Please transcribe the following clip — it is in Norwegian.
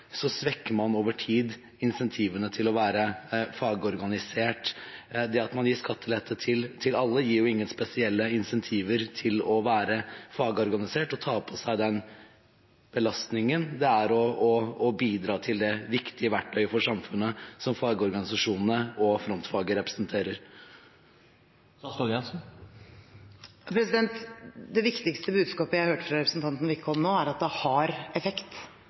svekker man over tid incentivene til å være fagorganisert. Det at man gir skattelette til alle, gir jo ingen spesielle incentiver til å være fagorganisert og ta på seg den belastningen det er å bidra til det viktige verktøyet for samfunnet som fagorganisasjonene og frontfaget representerer. Det viktigste budskapet jeg hørte fra representanten Wickholm nå, er at det har effekt